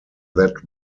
that